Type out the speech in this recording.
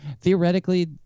Theoretically